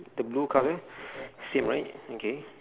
the blue colour same right okay